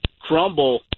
crumble